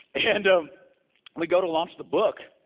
and um we go to launch the book,